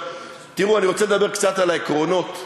אני רוצה לדבר קצת על העקרונות.